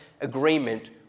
agreement